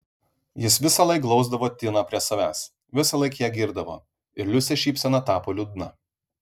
jis visąlaik glausdavo tiną prie savęs visąlaik ją girdavo ir liusės šypsena tapo liūdna